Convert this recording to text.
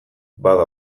bada